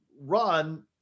run